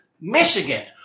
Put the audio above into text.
Michigan